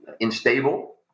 unstable